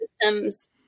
systems